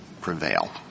prevail